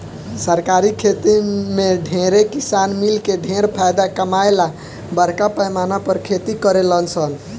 सरकारी खेती में ढेरे किसान मिलके ढेर फायदा कमाए ला बरका पैमाना पर खेती करेलन सन